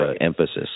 emphasis